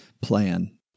plan